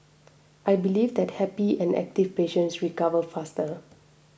I believe that happy and active patients recover faster